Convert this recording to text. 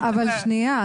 אבל שנייה.